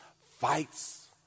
fights